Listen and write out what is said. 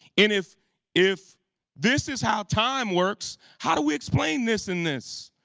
and if if this is how time works, how do we explain this and this?